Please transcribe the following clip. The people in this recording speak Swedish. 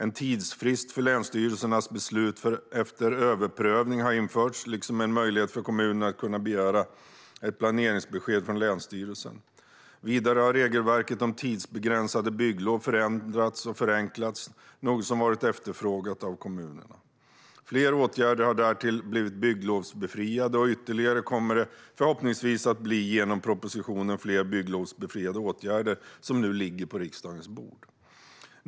En tidsfrist för länsstyrelsernas beslut efter överprövning har införts, liksom en möjlighet för kommunen att begära ett planeringsbesked från länsstyrelsen. Vidare har regelverket om tidsbegränsade bygglov förändrats och förenklats, något som varit efterfrågat av kommunerna. Fler åtgärder har därtill blivit bygglovsbefriade; ytterligare kommer det förhoppningsvis att bli genom propositionen Fler bygglovsbefriade åtgärder , som nu ligger på riksdagens bord.